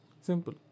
Simple